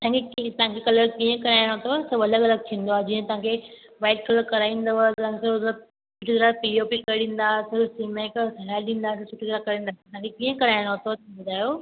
तव्हांखे कलर कीअं कराइणो अथव सभ अलॻि अलॻि थींदो आहे जीअं तव्हांखे वाइट कलर कराईंदव तव्हांजो सभ कलर पी ओ पी करे ॾींदासीं सिमेट हणाए ॾींदासीं सुठी तरह करे ॾींदा तव्हांखे कीअं कराइणो अथव ॿुधायो